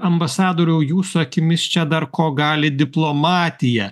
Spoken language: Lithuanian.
ambasadoriau jūsų akimis čia dar ko gali diplomatija